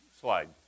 slide